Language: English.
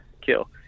kill